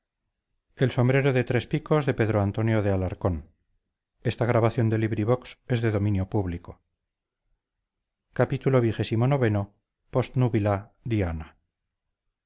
del sombrero de tres picos